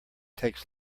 takes